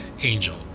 Angel